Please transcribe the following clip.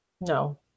No